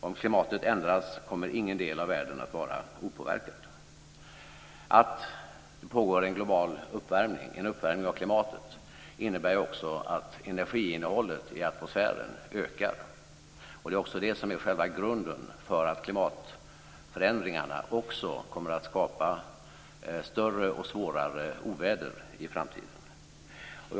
Om klimatet ändras kommer ingen del av världen att vara opåverkad. Att det pågår en global uppvärmning av klimatet innebär också att energiinnehållet i atmosfären ökar, och det är det som är själva grunden för att klimatförändringarna också kommer att skapa större och svårare oväder i framtiden.